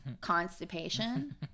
constipation